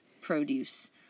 produce